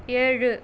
ஏழு